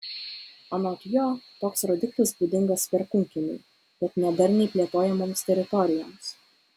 anot jo toks rodiklis būdingas perkūnkiemiui bet ne darniai plėtojamoms teritorijoms